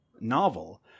novel